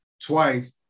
twice